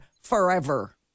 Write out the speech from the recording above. Forever